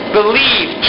believe